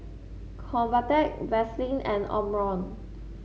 Convatec Vaselin and Omron